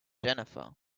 jennifer